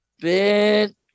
bit